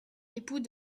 époux